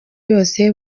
yose